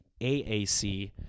AAC